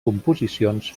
composicions